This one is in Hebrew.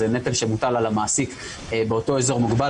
זה נטל שמוטל על המעסיק באותו אזור מוגבל,